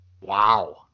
Wow